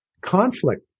conflict